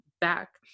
back